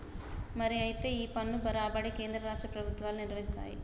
మరి అయితే ఈ పన్ను రాబడి కేంద్ర రాష్ట్ర ప్రభుత్వాలు నిర్వరిస్తాయి